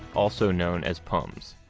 also known as pums.